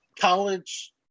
College